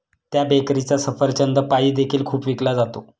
त्या बेकरीचा सफरचंद पाई देखील खूप विकला जातो